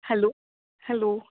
hello hello